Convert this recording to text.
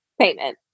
payment